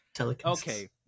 Okay